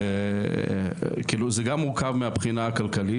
זה בנוגע להכנות